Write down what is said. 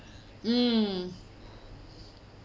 mm